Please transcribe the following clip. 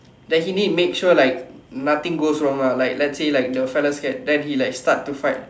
like he need make sure like nothing goes wrong ah like let's say like the fellow scared then he like start to fight